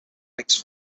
mixed